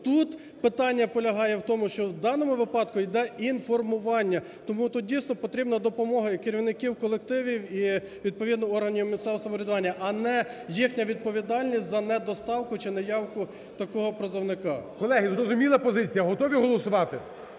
тут питання полягає в тому, що в даному випадку йде інформування. Тому тут, дійсно, потрібна допомога і керівників колективів, і відповідно органів місцевого самоврядування, а не їхня відповідальність за не доставку чи неявку такого призовника. ГОЛОВУЮЧИЙ. Колеги, зрозуміла позиція, готові голосувати?